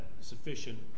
sufficient